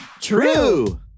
True